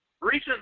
recent